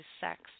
sex